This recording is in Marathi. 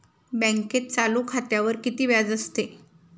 बँकेत चालू खात्यावर किती व्याज असते?